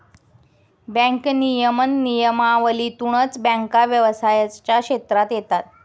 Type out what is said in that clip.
bank नियमन नियमावलीतूनच बँका व्यवसायाच्या क्षेत्रात येतात